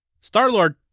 Star-Lord